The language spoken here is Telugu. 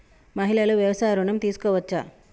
మహిళలు వ్యవసాయ ఋణం తీసుకోవచ్చా?